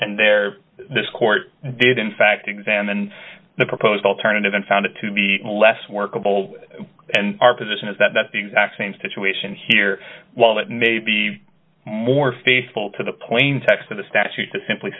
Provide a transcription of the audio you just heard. and there this court did in fact examined the proposed alternative and found it to be less workable and our position is that the exact same situation here while it may be more faithful to the plaintext of the statute to simply